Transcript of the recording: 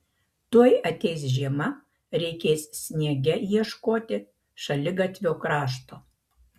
tuoj ateis žiema reikės sniege ieškoti šaligatvio krašto